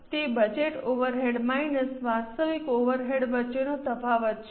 તે budget overhead minus વાસ્તવિક overhead વચ્ચેનો તફાવત છે